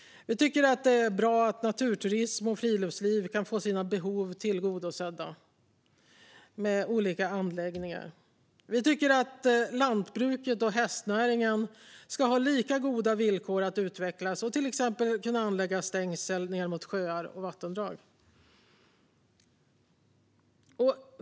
Vi tycker att det är bra att naturturismen och friluftslivet kan få sina behov tillgodosedda med olika anläggningar. Vi tycker att lantbruket och hästnäringen ska ha lika goda villkor att utvecklas och till exempel kunna anlägga stängsel ned mot sjöar och vattendrag.